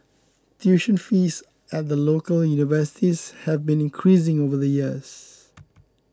tuition fees at the local universities have been increasing over the years